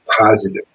positive